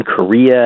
Korea